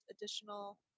additional